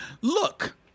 Look